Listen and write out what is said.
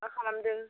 मा खालामदों